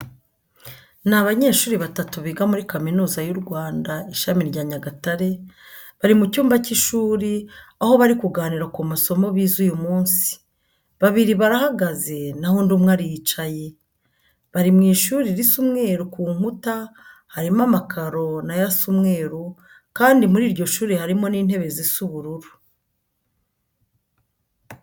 Ni abanyeshuri batatu biga muri kaminuza y'u Rwanda ishami rya Nyagatare, bari mu cyumba cy'ishuri aho bari kuganira ku masomo bize uyu munsi, babiri barahagaze naho undi umwe aricaye. Bari mu ishuri risa umweru ku nkuta, harimo amakaro na yo asa umweru kandi muri iryo shuri harimo n'intebe zisa ubururu.